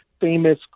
famous